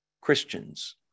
Christians